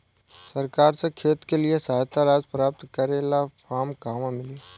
सरकार से खेत के लिए सहायता राशि प्राप्त करे ला फार्म कहवा मिली?